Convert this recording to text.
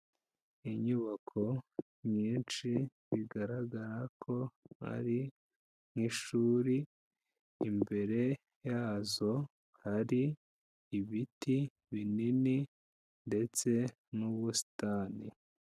Inyubako nyinshi bigaragara ko ari nk'ishuri, imbere yazo hari ibiti binini ndetse n'ubusitani.